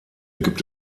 gibt